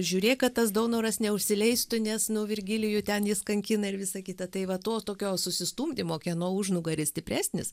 žiūrėk kad tas daunoras neužsileistų nes nu virgilijų ten jis kankina ir visa kita tai va to tokio susistumdymo kieno užnugaris stipresnis